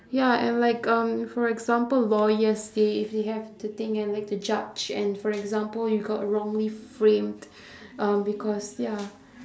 ya and like um for example lawyers they if they have to think and like to judge and for example you got wrongly framed um because ya